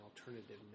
Alternative